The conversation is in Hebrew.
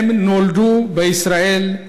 הם נולדו בישראל,